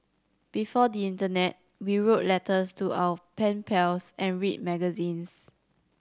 before the internet we wrote letters to our pen pals and read magazines